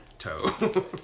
Toe